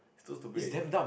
too stupid already